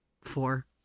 Four